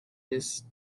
this